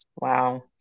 Wow